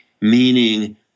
meaning